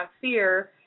fear